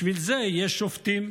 בשביל זה יש שופטים.